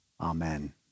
Amen